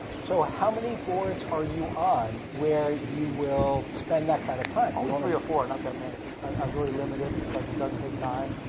so how many boards are you on where you will spend that kind of time? only three or four, not that many. i really limit it because it does take time.